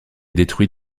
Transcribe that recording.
détruit